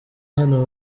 hano